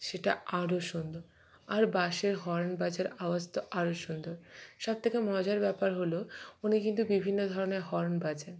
সেটা আরও সুন্দর আর বাসের হর্ন বাজার আওয়াজ তো আরও সুন্দর সব থেকে মজার ব্যাপার হল উনি কিন্তু বিভিন্ন ধরনের হর্ন বাজান